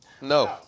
no